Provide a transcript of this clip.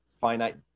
finite